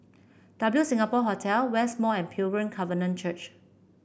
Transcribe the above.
W Singapore Hotel West Mall and Pilgrim Covenant Church